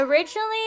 Originally